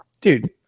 Dude